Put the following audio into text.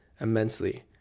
immensely